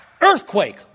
Earthquake